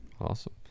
Awesome